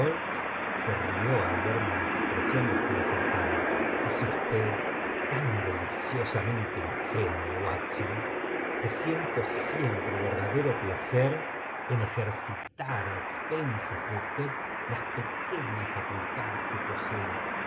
se rió al ver mi expresión desconcerv eg usted tan deliciosamente ingenuo watson que siento siempre verdadero placer en ejercitar á expensas de usted las pequeñas facultades que poseo